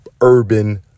urban